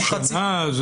הם אמרו תוך שנה.